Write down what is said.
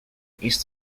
east